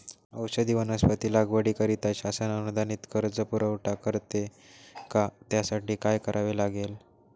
औषधी वनस्पती लागवडीकरिता शासन अनुदानित कर्ज पुरवठा करते का? त्यासाठी काय करावे लागेल?